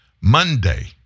Monday